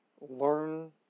learn